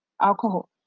alcohol